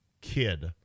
kid